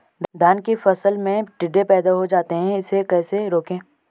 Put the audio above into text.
धान की फसल में टिड्डे पैदा हो जाते हैं इसे कैसे रोकें?